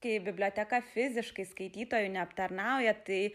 kai biblioteka fiziškai skaitytojų neaptarnauja tai